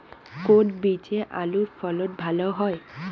কোন বীজে আলুর ফলন ভালো হয়?